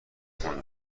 خونه